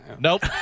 Nope